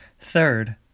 Third